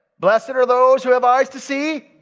blessed are those who have eyes to see.